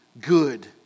good